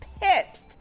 pissed